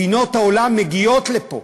מדינות העולם מגיעות לפה